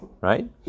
Right